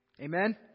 Amen